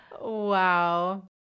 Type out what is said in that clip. Wow